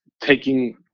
taking